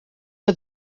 que